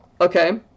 okay